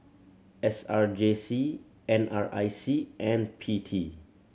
S R J C N R I C and P T